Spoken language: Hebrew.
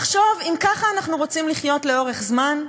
לחשוב אם ככה אנחנו רוצים לחיות לאורך זמן?